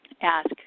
ask